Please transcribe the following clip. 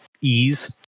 ease